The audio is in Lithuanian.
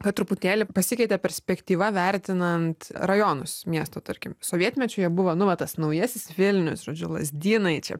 kad truputėlį pasikeitė perspektyva vertinant rajonus miesto tarkim sovietmečiu jie buvo nu va tas naujasis vilnius žodžiu lazdynai čia